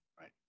right